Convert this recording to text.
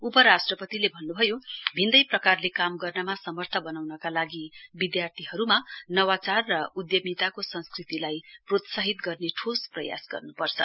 उपराष्ट्रपतिले अन्न्भयो भिन्दै प्रकारले काम गर्नमा समर्थ बनाउनका लागि विधार्थीहरूमा नवाचार र उधमिताको संरकृतिलाई प्रोत्साहित गर्ने ठोस प्रयास गर्नुपर्छ